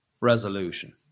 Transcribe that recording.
resolution